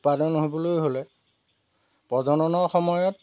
উৎপাদন হ'বলৈ হ'লে প্ৰজননৰ সময়ত